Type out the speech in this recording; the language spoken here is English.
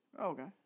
Okay